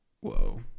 whoa